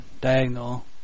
diagonal